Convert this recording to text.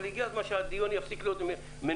אבל הגיע הזמן שהדיון יפסיק להיות מנומנם,